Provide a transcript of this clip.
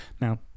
now